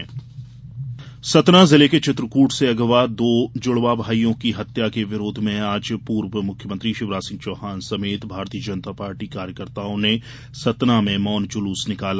श्रद्धांजलि चित्रकूट सतना जिले के चित्रकृट से अगवा दो जुड़वां भाईयों की हत्या के विरोध में आज पूर्व मुख्यमंत्री शिवराज सिंह चौहान समेत भारतीय जनता पार्टी कार्यकर्ताओं ने सतना में मौन जुलूस निकाला